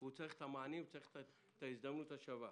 וצריך את המענים ואת ההזדמנות השווה.